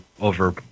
over